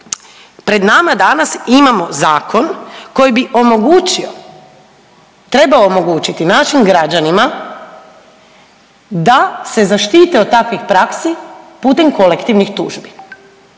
pred nama danas imamo zakon koji bi omogućio, trebao omogućiti našim građanima da se zaštite od takvih praksi putem kolektivnih tužbi.